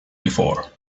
before